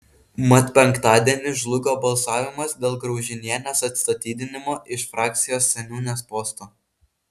mat penktadienį žlugo balsavimas dėl graužinienės atstatydinimo iš frakcijos seniūnės posto